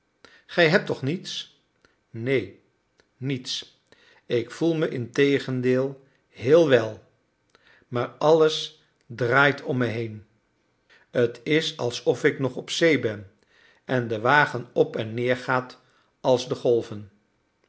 gij hebt toch niets neen niets ik voel me integendeel heel wel maar alles draait om me heen t is of ik nog op zee ben en de wagen op en neer gaat als de golven